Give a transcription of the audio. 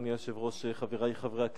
אדוני היושב-ראש, חברי חברי הכנסת,